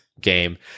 game